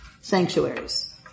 sanctuaries